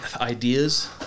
ideas